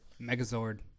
Megazord